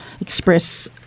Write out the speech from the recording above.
express